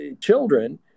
children